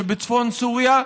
שבצפון סוריה,